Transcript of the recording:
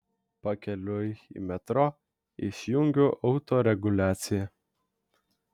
pakeliui į metro išjungiu autoreguliaciją